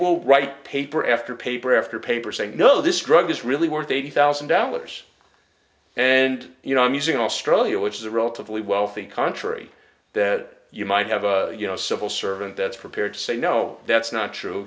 will write paper after paper after paper saying no this drug is really worth a thousand dollars and you know i'm using australia which is a relatively wealthy country that you might have a you know civil servant that's prepared to say no that's not true